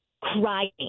crying